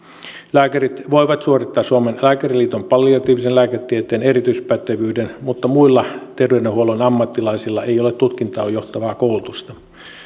lääkärit voivat suorittaa suomen lääkäriliiton palliatiivisen lääketieteen erityispätevyyden mutta muilla terveydenhuollon ammattilaisilla ei ole tutkintoon johtavaa koulutusta